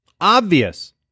obvious